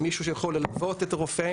מישהו שיכול ללוות את הרופא.